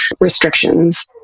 restrictions